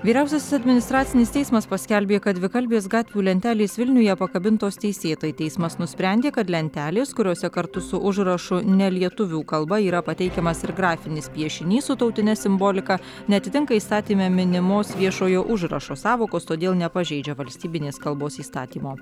vyriausiasis administracinis teismas paskelbė kad dvikalbės gatvių lentelės vilniuje pakabintos teisėtai teismas nusprendė kad lentelės kuriose kartu su užrašu ne lietuvių kalba yra pateikiamas ir grafinis piešinys su tautine simbolika neatitinka įstatyme minimos viešojo užrašo sąvokos todėl nepažeidžia valstybinės kalbos įstatymo